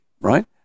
right